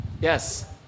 Yes